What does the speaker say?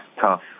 tough